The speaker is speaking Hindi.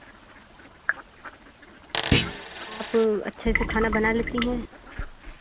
के जी आप अच्छे से खाना बना लेती हैं